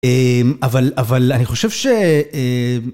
אממ אבל אבל אני חושב שאממ